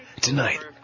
Tonight